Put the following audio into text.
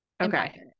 okay